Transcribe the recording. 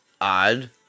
odd